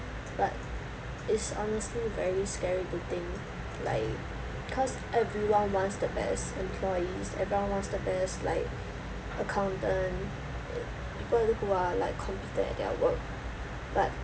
but it's honestly very scary to think like cause everyone wants the best employees everyone want the best like accountant people who are like competent at their work but